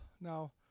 now